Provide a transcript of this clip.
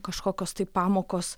kažkokios tai pamokos